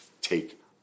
take